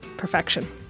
perfection